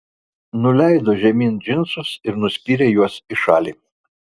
nuleido žemyn džinsus ir nuspyrė juos į šalį